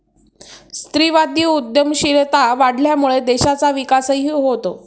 स्त्रीवादी उद्यमशीलता वाढल्यामुळे देशाचा विकासही होतो